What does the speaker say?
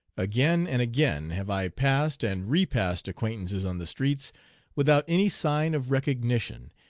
again and again have i passed and repassed acquaintances on the streets without any sign of recognition,